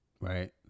Right